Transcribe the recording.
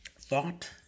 thought